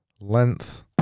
Length